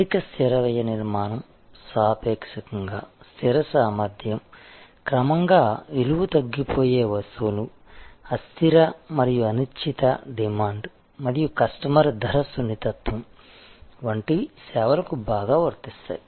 అధిక స్థిర వ్యయ నిర్మాణం సాపేక్షంగా స్థిర సామర్థ్యం క్రమంగా విలువ తగ్గిపోయే వస్తువులుఅస్థిర మరియు అనిశ్చిత డిమాండ్ మరియు కస్టమర్ ధర సున్నితత్వం వంటివి సేవలకు బాగా వర్తిస్తాయి